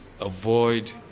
avoid